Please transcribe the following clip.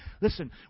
listen